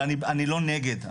אני לא נגד,